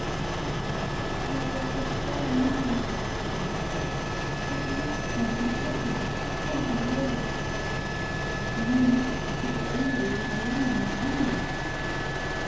ik word zoo naar snikte connie ik krijg maagkramp van t lachen o die jo meneer kitty's eene oor is al langer dan t andere zei pop